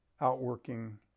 outworking